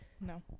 No